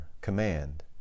command